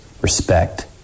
respect